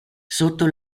sotto